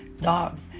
Dogs